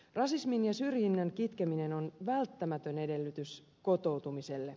rasismin ja syrjinnän kitkeminen on välttämätön edellytys kotoutumiselle